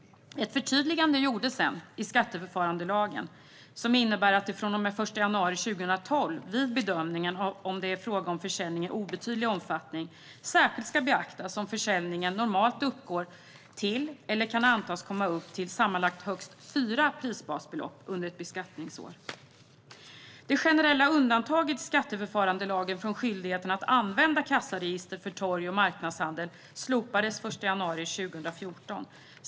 Ett förtydligande gjordes sedan i skatteförfarandelagen, som innebär att det från och med den 1 januari 2012 vid bedömningen av om det är fråga om försäljning i obetydlig omfattning särskilt ska beaktas om försäljningen normalt uppgår till, eller kan antas komma att uppgå till, sammanlagt högst fyra prisbasbelopp under ett beskattningsår. Det generella undantaget i skatteförfarandelagen från skyldigheten att använda kassaregister för torg och marknadshandel slopades den 1 januari 2014.